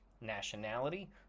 Nationality